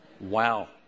Wow